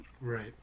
Right